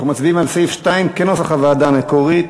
מצביעים על סעיף 2 כנוסח הוועדה המקורי.